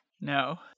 No